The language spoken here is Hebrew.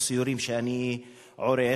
ובסיורים שאני עורך,